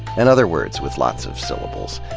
and other words with lots of syllables.